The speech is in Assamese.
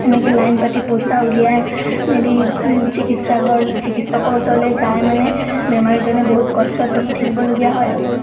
এনেকৈ লাইন পাতি পইচা উলিয়াই মেলি চিকিৎসা ঘৰ চিকিৎসকৰ ওচৰলৈ যায় মানে বেমাৰীজনে বহুত কষ্টত ৰখি থাকিবলগীয়া হয়